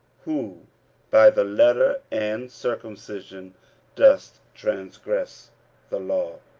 who by the letter and circumcision dost transgress the law?